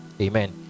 amen